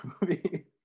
movie